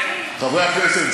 חברי הכנסת,